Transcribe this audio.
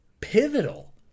pivotal